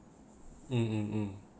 mm mm mm